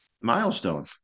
milestone